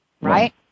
right